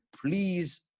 please